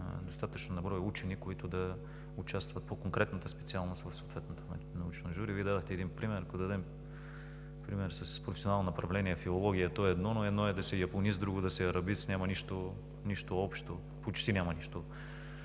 достатъчно на брой учени, които да участват по конкретната специалност в съответното научно жури. Вие дадохте един пример: ако дадем пример с професионално направление „Филология“ – то е едно, но едно е да си японист, друго е да си арабист, почти няма нищо